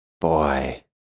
Boy